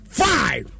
five